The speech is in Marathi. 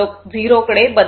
0 कडे बदलणे